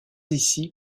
ici